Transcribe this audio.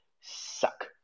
suck